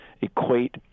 equate